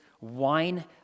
wine